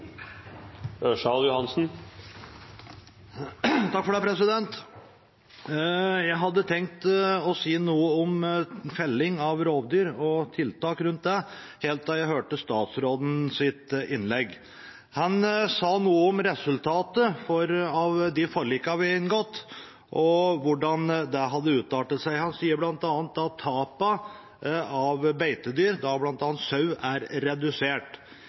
for svenskegrensa. Jeg hadde tenkt å si noe om felling av rovdyr og tiltak rundt det helt til jeg hørte statsrådens innlegg. Han sa noe om resultatet av de forlikene vi har inngått, og hvordan det hadde utartet seg. Han sa bl.a. at tap av beitedyr, bl.a. sau, er redusert.